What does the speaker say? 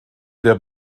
der